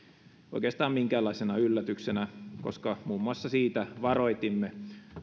oikeastaan minkäänlaisena yllätyksenä koska muun muassa siitä varoitimme